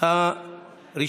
מס' 70, 73, 90, 91, 120 ו-121.